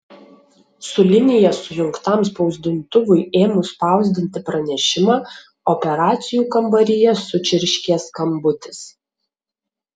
su linija sujungtam spausdintuvui ėmus spausdinti pranešimą operacijų kambaryje sučirškė skambutis